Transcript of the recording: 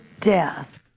death